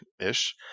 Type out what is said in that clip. ish